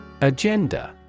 Agenda